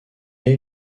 est